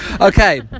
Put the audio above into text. Okay